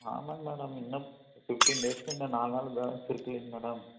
ஆமாங்க மேடம் இன்னும் ஃபிஃப்டின் டேஸ்க்கு இன்னும் நாலு நாள் பேலன்ஸ் இருக்குல்லிங்க மேடம்